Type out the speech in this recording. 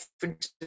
different